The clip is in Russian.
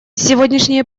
сегодняшние